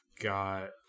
got